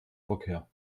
verkehr